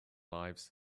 lives